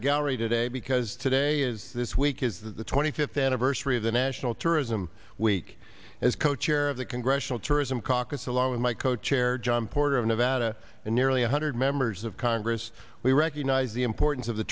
the gallery today because today is this week is the twenty fifth anniversary of the national tourism week as co chair of the congressional tourism caucus along with my co chair john porter of nevada a nearly one hundred members of congress we recognize the portents of the